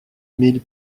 mille